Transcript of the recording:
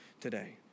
today